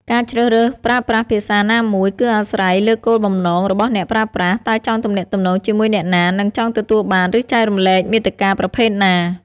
ការជ្រើសរើសប្រើប្រាស់ភាសាណាមួយ គឺអាស្រ័យលើគោលបំណងរបស់អ្នកប្រើប្រាស់ តើចង់ទំនាក់ទំនងជាមួយអ្នកណា និងចង់ទទួលបាន ឬចែករំលែកមាតិកាប្រភេទណា។